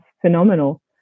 phenomenal